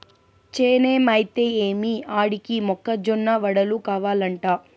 చేనేమైతే ఏమి ఆడికి మొక్క జొన్న వడలు కావలంట